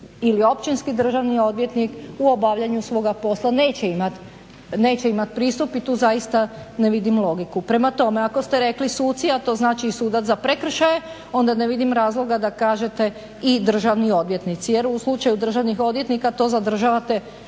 ili Općinski državni odvjetnik u obavljanju svoga posla neće imati pristup. I tu zaista ne vidim logiku. Prema tome, ako ste rekli suci, a to znači i sudac za prekršaje, onda ne vidim razloga da kažete i državni odvjetnici. Jer u slučaju državnih odvjetnika to zadržavate